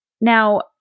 Now